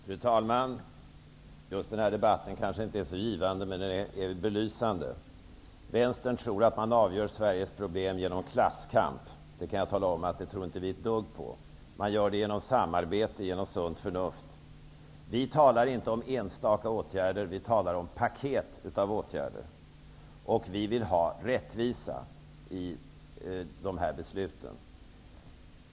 Fru talman! Just denna debatt kanske inte är så givande, men den är belysande. Vänstern tror att man avgör Sveriges problem genom klasskamp. Det tror vi inte ett dugg på. Det gör man i stället genom samarbete och sunt förnuft. Vi talar inte om enstaka åtgärder utan om paket av åtgärder, och vi vill ha rättvisa i besluten.